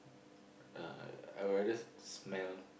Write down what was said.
yeah I would rather smell